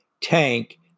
tank